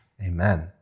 amen